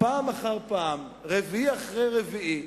פעם אחר פעם, רביעי אחר רביעי,